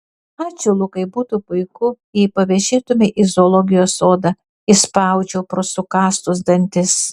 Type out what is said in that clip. ačiū lukai būtų puiku jei pavėžėtumei į zoologijos sodą išspaudžiau pro sukąstus dantis